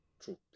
True